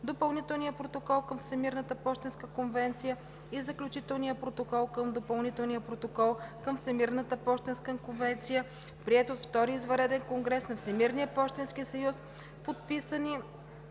Допълнителният протокол към Всемирната пощенска конвенция и Заключителният протокол към Допълнителния протокол към Всемирната пощенска конвенция, приети от Втория извънреден конгрес на Всемирния пощенски съюз, подписани